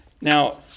Now